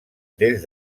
des